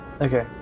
Okay